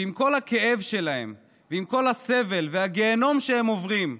שעם כל הכאב שלהם ועם כל הסבל והגיהינום שהם עוברים,